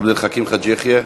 עבד אל חכים חאג' יחיא,